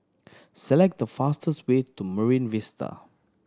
select the fastest way to Marine Vista